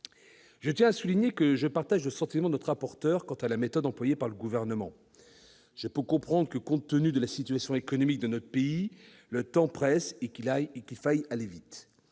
Je tiens à souligner que je partage le sentiment de notre rapporteur quant à la méthode employée par le Gouvernement. Je peux comprendre que, eu égard à la situation économique de notre pays, le temps presse et qu'il faille aller vite,